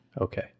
Okay